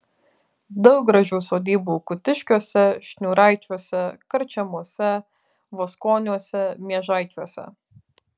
daug gražių sodybų kutiškiuose šniūraičiuose karčemose voskoniuose miežaičiuose